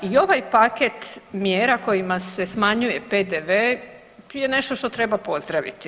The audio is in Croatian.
I ovaj paket mjera kojima se smanjuje PDV je nešto što treba pozdraviti.